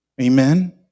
Amen